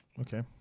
okay